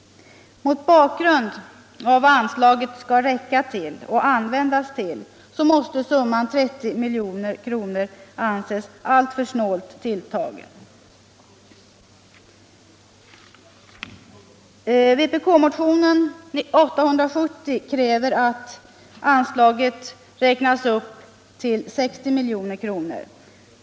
Mot bakgrund av vad anslaget skall användas till måste summan 30 milj.kr. anses alltför snålt tilltagen. Vpk-motionen 870 kräver att anslaget räknas upp till 60 milj.kr.